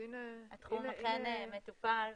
התחום מטופל.